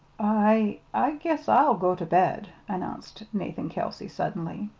i i guess i'll go to bed, announced nathan kelsey suddenly.